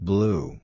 Blue